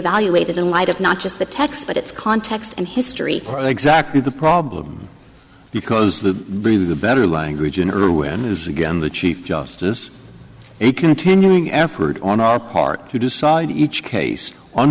ated in light of not just the text but its context and history are exactly the problem because the be the better language in irwin is again the chief justice a continuing effort on our part to do so each case on